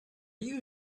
you